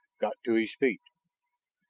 got to his feet.